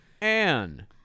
Anne